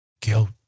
Guilt